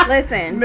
Listen